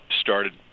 started